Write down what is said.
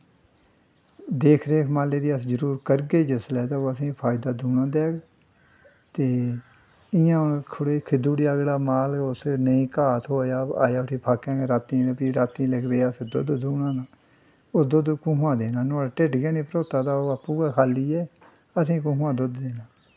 देख रेख माल्लै दी जिसलै अस करगे तां ओह् फायदा असेंगी दूना देग इ'यां खिद्दी ओड़ेआ माल उस नेईं घाऽ थ्होआ आया उठी फाकै गै तां औंदे गै अस लग्गी पे दुद्ध दूना तां उस दुद्ध कु'त्थुआं दा देना ओह् आपूं गै खा'ल्ली ऐ असेंगी कु'त्थुआं दा दुद्ध देना